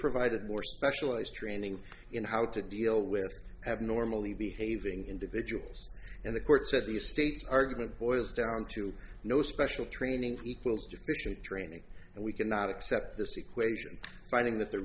provided more specialized training in how to deal with abnormally behaving individuals and the court said the state's argument boils down to no special training equals different training and we cannot accept this equation finding th